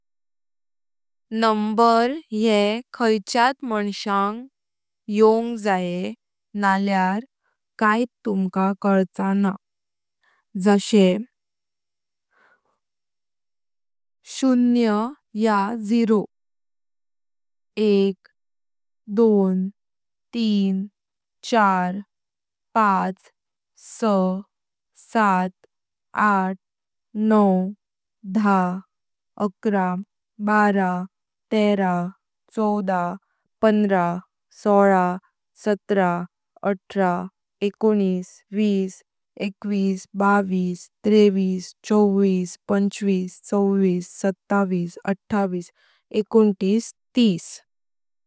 नंबर ये खाइख्यात मानशयांग योंग जये नल्यार कईत तुमका कालचा न्हा। जशे सुन्य यां झिरो, एक, दोन, तीन, चार, पाच, सहा, सात, आठ, नव, दहा, अकरा, बारा, तेरा, चौद, पंधरा, सोल, सत्रा, अठरा, एकोनिस, वीस, एकविस, बाविस, तेविस, चव्विस, पंचविस, सव्विस, सत्ताविस, आठविस, एकोण्तीस, तीस.......।